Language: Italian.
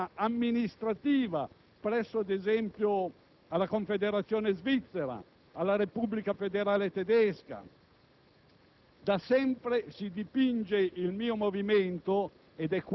Non mi è mai capitato di vedere in televisione il pensiero di padri del federalismo come Cattaneo, Rosmini o Gioberti,